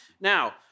Now